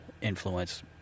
influence